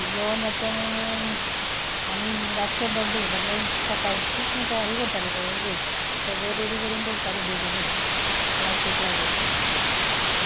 जेवण जाता आनी रातचो बर्थडे म्हणल्यार सकाळचीच तयारी करताली सगळीं सगळें रेडी करून दवरतालीं बेगीनूच लायटीक लागून